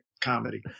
comedy